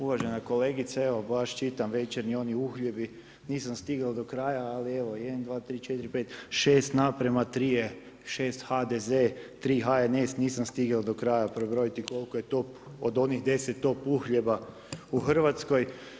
Uvažena kolegice, evo baš čitam Večernji, oni uhljebi, nisam stigao do kraja, ali, evo 1,2,3,4,5, 6:3 je 6 HDZ, 3 HNS, nisam stigao do kraja prebrojiti koliko je to od onih 10 top uhljeba u Hrvatskoj.